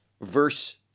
verse